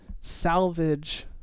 Salvage